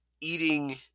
eating